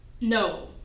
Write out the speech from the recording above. No